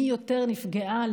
מי יותר נפגעה,